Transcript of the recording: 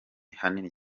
hanini